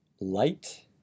light